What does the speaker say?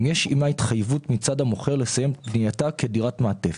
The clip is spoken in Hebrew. אם יש עימה התחייבות מצד המוכר לסיים את בנייתה כדירת מעטפת,